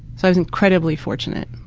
so i was incredibly fortunate.